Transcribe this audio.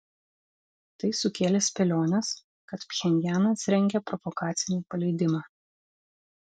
tai sukėlė spėliones kad pchenjanas rengia provokacinį paleidimą